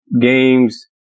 games